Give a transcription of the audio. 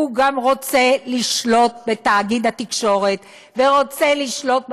הוא רוצה גם לשלוט בתאגיד התקשורת ורוצה לשלוט בתקשורת.